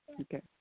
Okay